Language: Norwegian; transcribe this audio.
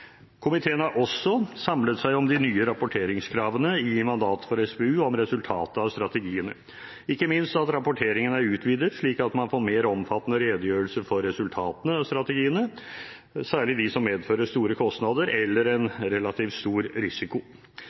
Komiteen har også samlet seg om de nye rapporteringskravene i mandatet for SPU om resultatet av strategiene, ikke minst at rapporteringen er utvidet, slik at man får mer omfattende redegjørelser for resultatene av strategiene, særlig de som medfører store kostnader eller relativt stor risiko.